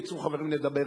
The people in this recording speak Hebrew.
ירצו חברים לדבר,